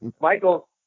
Michael